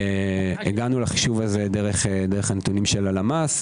הגענו לחישוב הזה דרך נתוני הלמ"ס.